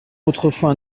autrefois